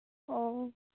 ᱚ